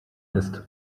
ist